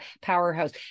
powerhouse